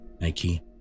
Nike